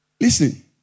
Listen